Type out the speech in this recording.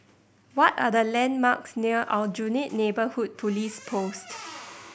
what are the landmarks near Aljunied Neighbourhood Police Post